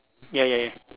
ya ya ya